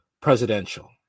presidential